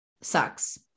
sucks